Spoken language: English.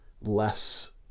less